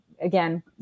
again